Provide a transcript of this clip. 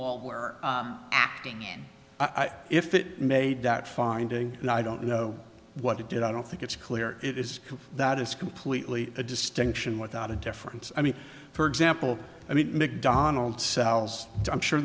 will were acting in if it made that finding i don't know what you did i don't think it's clear it is that it's completely a distinction without a difference i mean for example i mean mcdonald's sells i'm sure